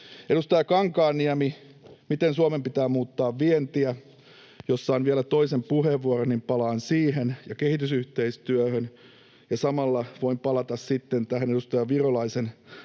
Edustaja Kankaanniemi, miten Suomen pitää muuttaa vientiä: Jos saan vielä toisen puheenvuoron, niin palaan siihen ja kehitysyhteistyöhön. Samalla voin palata sitten tähän edustaja Virolaisen